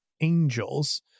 angels